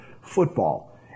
football